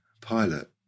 pilot